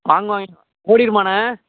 வாங்குவாங் ஓடிவிடுமாண்ண